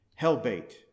Hellbait